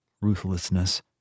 ruthlessness